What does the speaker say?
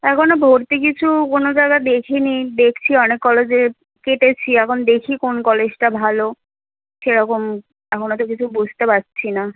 এখনও ভর্তি কিছু কোনো জায়গা দেখিনি দেখছি অনেক কলেজে কেটেছি এখন দেখি কোন কলেজটা ভালো সেরকম এখনও তো কিছু বুঝতে পারছি না